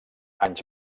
anys